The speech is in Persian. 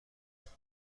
داد